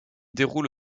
déroule